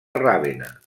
ravenna